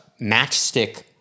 matchstick